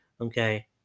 Okay